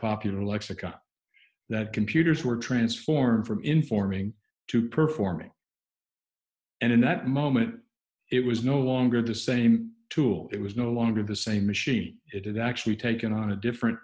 popular lexicon that computers were transformed from informing to performing and in that moment it was no longer the same tool it was no longer the same machine it had actually taken on a different